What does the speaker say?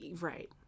right